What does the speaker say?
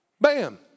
Bam